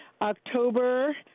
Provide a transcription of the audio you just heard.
October